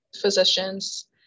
physicians